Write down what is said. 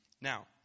Now